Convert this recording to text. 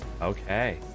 Okay